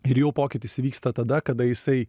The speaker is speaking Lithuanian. ir jau pokytis įvyksta tada kada jisai